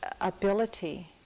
ability